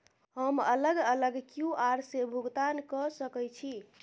हम अलग अलग क्यू.आर से भुगतान कय सके छि?